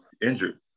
injured